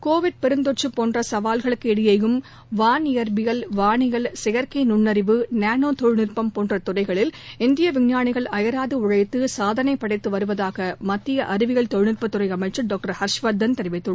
Covid பெருந்தொற்று போன்ற சவால்களுக்கு இடையேயும் வான் இயற்பியல் வானியல் செயற்கை நுண்ணறிவு நானோ தொழில்நுட்பம் போன்ற துறைகளில் இந்திய விஞ்ஞானிகள் அயராது உழைத்து சாதனை படைத்து வருவதாக மத்திய அறிவியல் தொழில்நுட்பத்துறை அமைச்சர் டாக்டர் ஹர்ஷ்வர்தன் தெரிவித்துள்ளார்